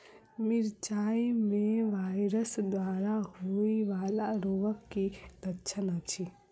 मिरचाई मे वायरस द्वारा होइ वला रोगक की लक्षण अछि?